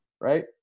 right